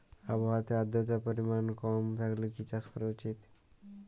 আবহাওয়াতে আদ্রতার পরিমাণ কম থাকলে কি চাষ করা উচিৎ?